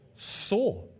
saw